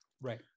Right